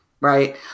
Right